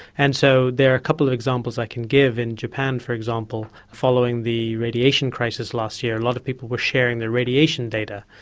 and so there are a couple of examples i can give. in japan, for example, following the radiation crisis last year a lot of people were sharing their radiation data,